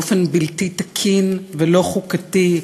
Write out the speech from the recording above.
באופן בלתי תקין ולא חוקתי,